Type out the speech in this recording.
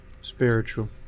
spiritual